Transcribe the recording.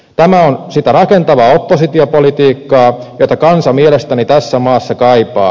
tämä on sitä rakentavaa oppositiopolitiikkaa jota kansa mielestäni tässä maassa kaipaa